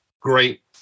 great